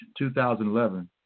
2011